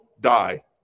die